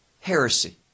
heresy